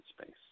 space